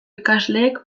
ikasleek